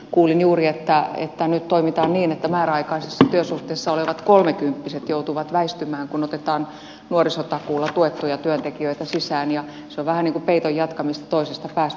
kuulin juuri että nyt toimitaan niin että määräaikaisessa työsuhteessa olevat kolmekymppiset joutuvat väistymään kun otetaan nuorisotakuulla tuettuja työntekijöitä sisään ja se on vähän niin kuin peiton jatkamista toisesta päästä